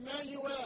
Emmanuel